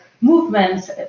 movements